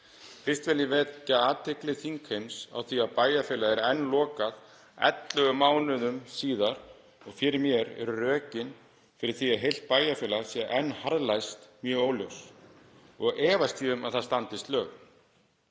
Fyrst vil ég vekja athygli þingheims á því að bæjarfélagið er enn lokað 11 mánuðum síðar. Fyrir mér eru rökin fyrir því að heilt bæjarfélag sé enn harðlæst mjög óljós og efast ég um að það standist lög.